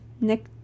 nick